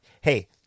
hey